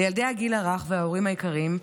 לילדי הגיל הרך וההורים היקרים,